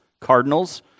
cardinals